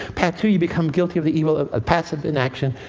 path two, you become guilty of the evil of ah passive inaction.